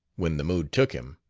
when the mood took him.